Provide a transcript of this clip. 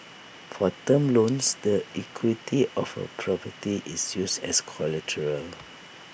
for term loans the equity of A property is used as collateral